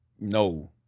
No